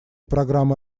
программы